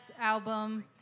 album